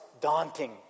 daunting